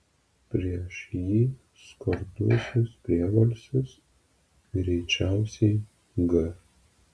prieš jį skardusis priebalsis greičiausiai g